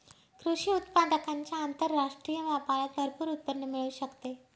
कृषी उत्पादकांच्या आंतरराष्ट्रीय व्यापारात भरपूर उत्पन्न मिळू शकते